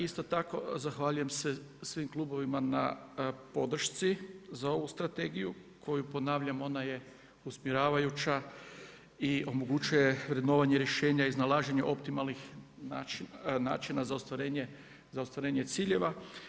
Isto tako zahvaljujem se svim klubovima na podršci za ovu strategiju, koju ponavljam, ona je usmjeravajuća i omogućuje vrednovanje rješenja i nalaženja optimalnih načina za ostvarenje ciljeva.